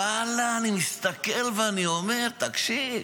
ואללה, אני מסתכל ואני אומר: תקשיב,